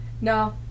no